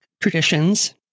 traditions